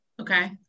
Okay